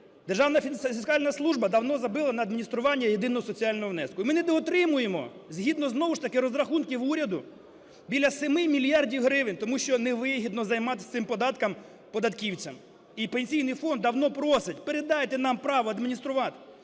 Державна фіскальна служба давно забила на адміністрування єдиного соціального внеску. І ми недоотримуємо, згідно знову ж таки розрахунків уряду, біля 7 мільярдів гривень, тому що невигідно займатися цим податком податківцям. І Пенсійний фонд давно просить: передайте нам права адмініструвати.